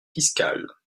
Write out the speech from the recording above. fiscales